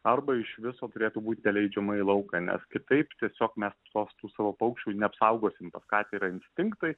arba iš viso turėtų būt neleidžiama į lauką nes kitaip tiesiog mes sos tų savo paukščių neapsaugosim pas katę yra instinktai